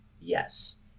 Yes